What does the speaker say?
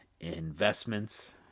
investments